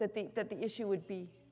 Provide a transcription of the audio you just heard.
that the that the issue would be